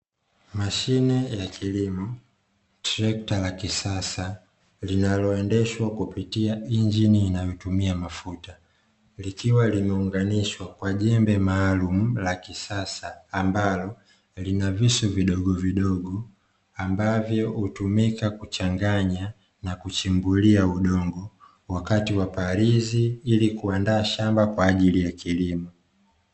Mashine ya kilimo, trekta la kisasa linaloendeshwa kupitia injini inayotumia mafuta, likiwa limeunganishwa kwa jembe maalumu la kisasa, ambalo lina visu vidogovidogo ambavyo hutumika kuchanganya na kuchimbulia udongo wakati wa palizi, ili kuandaa shamba kwa ajili ya kilimo.